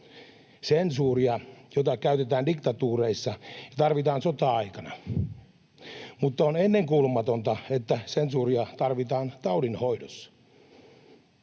sensuuria, jota käytetään diktatuureissa ja tarvitaan sota-aikana? Mutta on ennenkuulumatonta, että sensuuria tarvitaan taudin hoidossa.